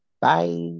Bye